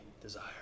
desire